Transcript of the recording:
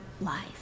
life